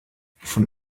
von